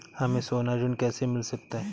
हमें सोना ऋण कैसे मिल सकता है?